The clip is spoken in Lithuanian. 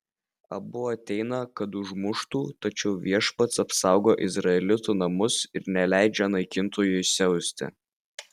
abu ateina kad užmuštų tačiau viešpats apsaugo izraelitų namus ir neleidžia naikintojui siausti